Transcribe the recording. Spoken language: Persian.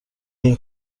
این